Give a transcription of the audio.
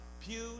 pews